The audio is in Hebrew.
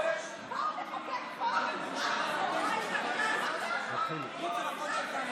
בואו ונבקש חוק רק בטרומית,